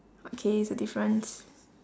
okay it's a difference